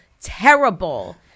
terrible